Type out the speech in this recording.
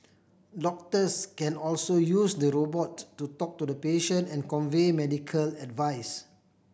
doctors can also use the robot to to talk to the patient and convey medical advice